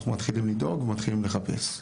אנחנו מתחילים לדאוג ומתחילים לחפש.